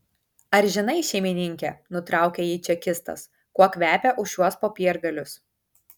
ar žinai šeimininke nutraukė jį čekistas kuo kvepia už šiuos popiergalius